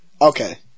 Okay